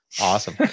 Awesome